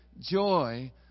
joy